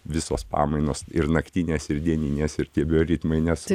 visos pamainos ir naktinės ir dieninės ir tie bioritmai nesu